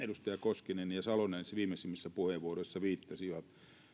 edustajat koskinen ja salonen näissä viimeisimmissä puheenvuoroissa viittasivat